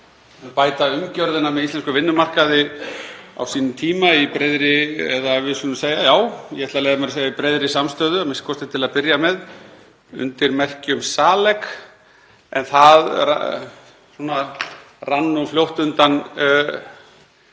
að bæta umgjörðina á íslenskum vinnumarkaði á sínum tíma í breiðri samstöðu, a.m.k. til að byrja með, undir merkjum SALEK en það fjaraði nú fljótt undan